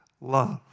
love